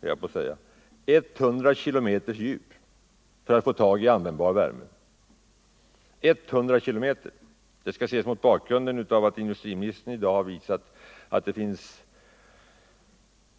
höll jag på att säga — 100 kilometers djup för att få tag i användbar värme. Djupet 100 kilometer bör här ses mot bakgrund av att industriministern i dag har visat att